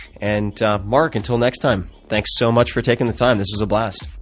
and ah marc, until next time, thanks so much for taking the time. this was a blast.